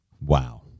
Wow